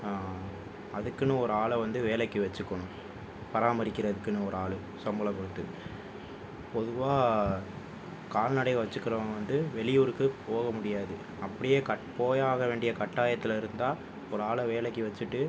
அதுக்குன்னு ஒரே ஆளை வந்து வேலைக்கு வச்சுக்கணும் பராமரிக்கறதுக்குன்னு ஒரு ஆளு சம்பளம் கொடுத்து பொதுவாக கால்நடை வச்சுக்கிறவங்க வந்து வெளியூருக்கு போக முடியாது அப்படியே போயே ஆக வேண்டிய கட்டாயத்தில் இருந்தால் ஒரு ஆளை வேலைக்கு வச்சுட்டு